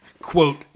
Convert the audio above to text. quote